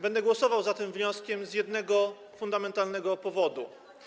Będę głosował za tym wnioskiem z jednego fundamentalnego powodu.